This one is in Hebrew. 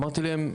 אמרתי להם,